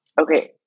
Okay